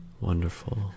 Wonderful